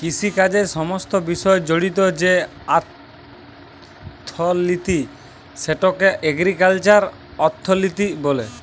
কিষিকাজের সমস্ত বিষয় জড়িত যে অথ্থলিতি সেটকে এগ্রিকাল্চারাল অথ্থলিতি ব্যলে